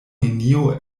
nenio